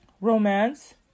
romance